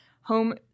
home